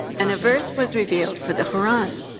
and a verse was revealed for the quran,